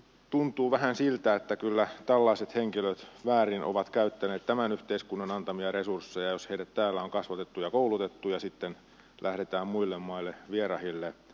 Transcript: tuntuu vähän siltä että kyllä tällaiset henkilöt väärin ovat käyttäneet tämän yhteiskunnan antamia resursseja jos heidät täällä on kasvatettu ja koulutettu ja sitten lähdetään muille maille vierahille uskonsotureiksi